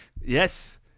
yes